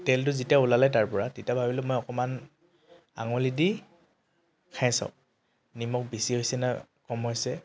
তেলটো যেতিয়া ওলালে তাৰপৰা তেতিয়া ভাবিলোঁ মই অকণমান আঙুলি দি খাই চাওঁ নিমখ বেছি হৈছে নে কম হৈছে